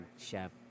chef